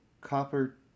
copper